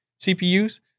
CPUs